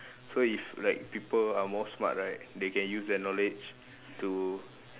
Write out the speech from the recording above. so if like people are more smart right they can use their knowledge to